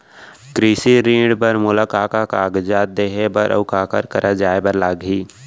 कृषि ऋण बर मोला का का कागजात देहे बर, अऊ काखर करा जाए बर लागही?